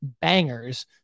bangers